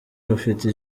bafite